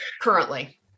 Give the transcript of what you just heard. currently